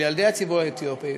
אל ילדי הציבור האתיופי,